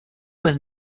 was